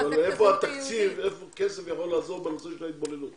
אבל איפה כסף יכול לעזור בנושא של ההתבוללות?